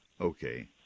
Okay